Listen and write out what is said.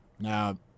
Now